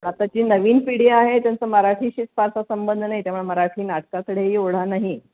आता जी नवीन पिढी आहे त्यांचं मराठीशी फारसा संबंध नाही त्यामुळे मराठी नाटकाकडेही ओढा नाही